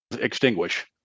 extinguish